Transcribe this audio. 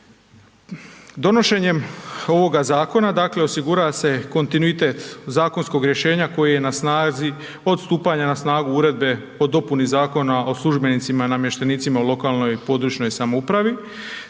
Donošenjem ovoga zakona dakle osigurava se kontinuitet zakonskog rješenja koji je na snazi od stupanja na snagu uredbe o dopuni Zakona o službenicima i namještenicima u lokalnoj i područnoj samoupravi